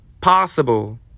possible